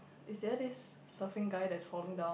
is there this surfing guy that's falling down